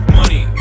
money